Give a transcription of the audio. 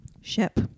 Ship